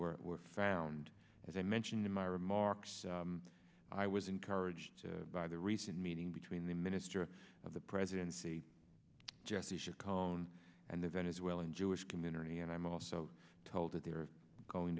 were were found as i mentioned in my remarks i was encouraged by the recent meeting between the minister of the presidency jesse sure cone and the venezuelan jewish community and i'm also told that they're going